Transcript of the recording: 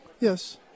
Yes